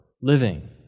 living